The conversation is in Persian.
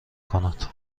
کنند